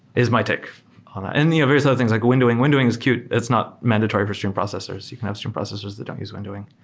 is my take on ah and that. various other things, like windowing. windowing is cute. it's not mandatory for stream processors. you can have stream processors that don't use windowing.